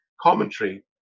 commentary